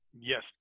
Yes